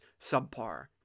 subpar